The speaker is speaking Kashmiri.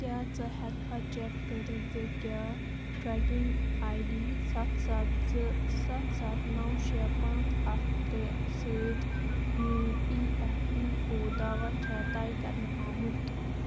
کیٛاہ ژٕ ہیٚکٕکھا چیک کٔرتھ زِ کیٛاہ ٹرٛیکِنٛگ آٮٔۍ ڈی ستھ ستھ زٕ ستھ ستھ نٔو شےٚ پانٛژھ اَکھ ترٛےٚ سۭتۍ میٛون اِی ایف پی او دعوا چھا طے کَرنہٕ آمُت